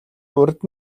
урд